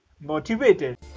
motivated